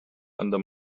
under